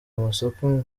amasoko